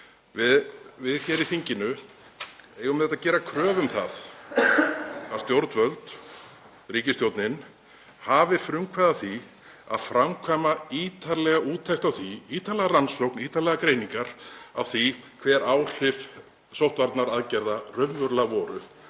Við hér í þinginu eigum að gera kröfu um það að stjórnvöld, ríkisstjórnin, hafi frumkvæði að því að framkvæma ítarlega úttekt, ítarlega rannsókn, ítarlegar greiningar, á því hver áhrif sóttvarnaaðgerða raunverulega voru,